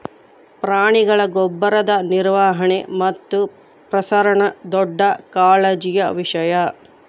ಪ್ರಾಣಿಗಳ ಗೊಬ್ಬರದ ನಿರ್ವಹಣೆ ಮತ್ತು ಪ್ರಸರಣ ದೊಡ್ಡ ಕಾಳಜಿಯ ವಿಷಯ